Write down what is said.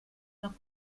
noch